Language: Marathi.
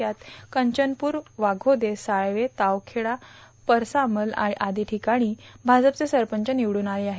यात कंचनपूर वाचोदे साळवे तावखेडा परसामल आदी ठिकाणी भाजपाचे सरपंच निवडून आले आहेत